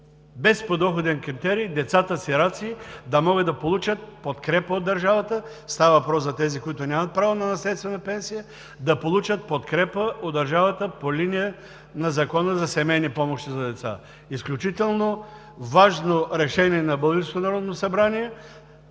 без подоходен критерий децата сираци да могат да получат подкрепа от държавата. Става въпрос за тези, които нямат право на наследствена пенсия, да получат подкрепа от държавата по линия на Закона за семейни помощи за деца. Изключително важно е това решение на